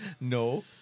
No